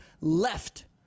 left